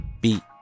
beat